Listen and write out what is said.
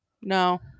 no